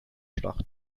schlacht